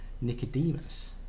nicodemus